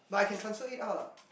but I can transfer it out ah